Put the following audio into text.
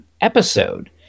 episode